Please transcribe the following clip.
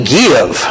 give